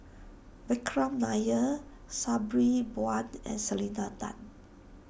Vikram Nair Sabri Buand and Selena Tan